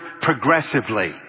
progressively